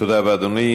תודה רבה, אדוני.